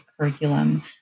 curriculum